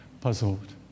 puzzled